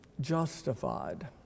justified